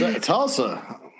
Tulsa